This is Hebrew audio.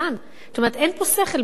זאת אומרת, אין פה שכל, בהצעה הזאת.